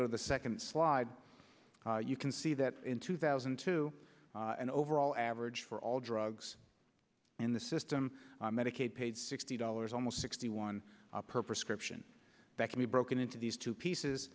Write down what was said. go the second slide you can see that in two thousand and two and overall average for all drugs in the system medicaid paid sixty dollars almost sixty one per prescription that can be broken into these two pieces